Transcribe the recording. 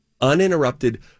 uninterrupted